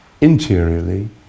interiorly